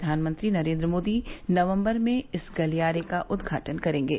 प्रधानमंत्री नरेन्द्र मोदी नवम्बर में इस गलियारे का उद्घाटन करेंगे